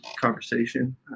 conversation